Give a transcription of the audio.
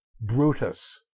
Brutus